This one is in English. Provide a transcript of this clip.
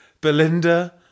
Belinda